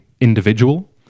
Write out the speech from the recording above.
individual